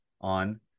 on